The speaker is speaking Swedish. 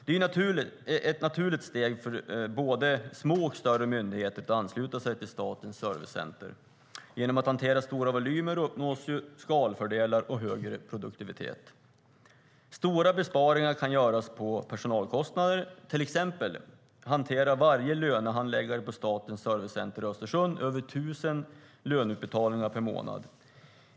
Det är ett naturligt steg för både små och större myndigheter att ansluta sig till Statens servicecenter. Genom att hantera stora volymer uppnås skalfördelar och högre produktivitet. Stora besparingar kan göras på personalkostnader. Till exempel hanterar varje lönehandläggare på Statens servicecenter i Östersund över 1 000 löneutbetalningar per månad.